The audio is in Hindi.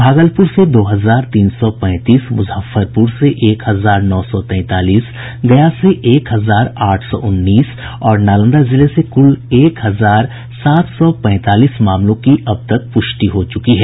भागलपुर से दो हजार तीन सौ पैंतीस मुजफ्फरपुर से एक हजार नौ सौ तैंतालीस गया से एक हजार आठ सौ उन्नीस और नालंदा जिले से कुल एक हजार सात सौ पैंतालीस मामलों की अब तक पुष्टि हसे चुकी है